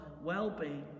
well-being